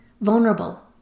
vulnerable